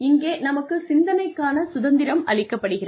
இங்கே நமக்குச் சிந்தனைக்கான சுதந்திரம் அளிக்கப்படுகிறது